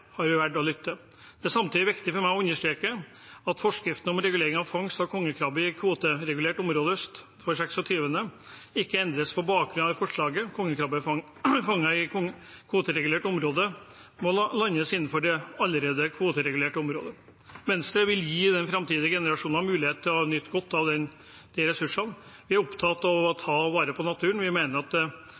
verdt å lytte til. Det er samtidig viktig for meg å understreke at forskriften om regulering av fangst av kongekrabbe i kvoteregulert område øst for 26. breddegrad ikke endres på bakgrunn av dette forslaget. Kongekrabbe fanget i kvoteregulert område må landes innenfor det allerede kvoteregulerte området. Venstre vil gi framtidige generasjoner mulighet til å nyte godt av disse ressursene. Vi er opptatt av å ta vare på naturen. Vi mener